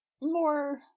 More